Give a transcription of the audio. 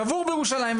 קבור בירושלים,